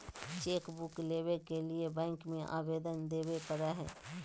chequebook लेबे के लिए बैंक में अबेदन देबे परेय हइ